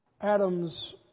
Adam's